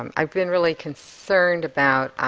um i've been really concerned about